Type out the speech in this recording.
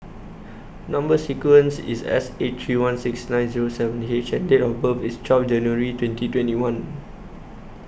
Number sequence IS S eight three one six nine Zero seven H and Date of birth IS twelve January twenty twenty one